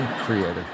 creator